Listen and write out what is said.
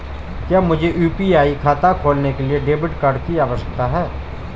क्या मुझे यू.पी.आई खाता खोलने के लिए डेबिट कार्ड की आवश्यकता है?